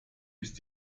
ist